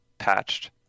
patched